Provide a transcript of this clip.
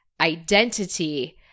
identity